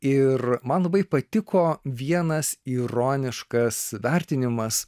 ir man labai patiko vienas ironiškas vertinimas